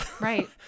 Right